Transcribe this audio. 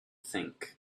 think